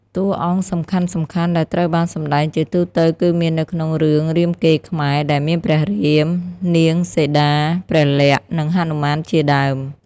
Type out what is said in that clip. តួអង្គសំខាន់ៗដែលត្រូវបានសម្ដែងជាទូទៅគឺមាននៅក្នុងរឿងរាមកេរ្តិ៍ខ្មែរ ដែលមានព្រះរាម នាងសីតា ព្រះលក្សណ៍ និងហនុមានជាដើម។